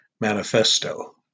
Manifesto